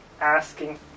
asking